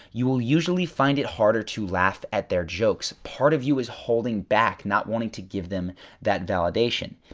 you will usually find it harder to laugh at their jokes. part of you is holding back not wanting to give them that validation.